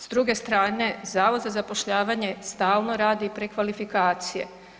S druge strane, Zavod za zapošljavanje stalno radi prekvalifikacije.